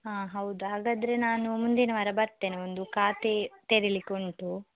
ಹಾಂ ಹೌದಾ ಹಾಗಾದರೆ ನಾನು ಮುಂದಿನ ವಾರ ಬರ್ತೇನೆ ಒಂದು ಖಾತೆ ತೆರಿಲಿಕ್ಕುಂಟು